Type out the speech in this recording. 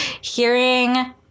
hearing